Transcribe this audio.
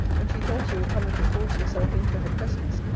when she thought you were coming to force yourself into her presence,